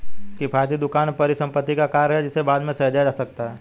किफ़ायती दुकान परिसंपत्ति का कार्य है जिसे बाद में सहेजा जा सकता है